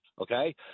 okay